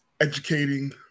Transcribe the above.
educating